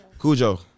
Cujo